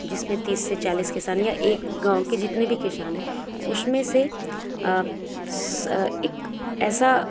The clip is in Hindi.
जिसमें तीस से चालीस किसान या एक गाँव के जितने भी किसान हैं उसमें से एक ऐसा